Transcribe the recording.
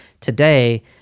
today